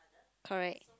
correct